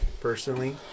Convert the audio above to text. personally